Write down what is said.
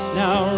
now